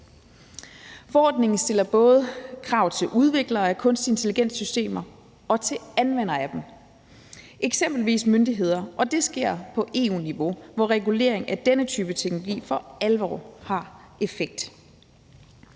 Forordningen stiller både krav til udviklere af kunstig intelligens-systemer og til anvendere af dem, eksempelvis myndigheder. Og det sker på EU-niveau, hvor reguleringen af denne type teknologi for alvor har effekt.